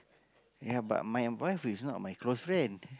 ya but my wife is not my close friend